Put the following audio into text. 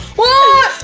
whoa